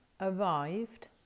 arrived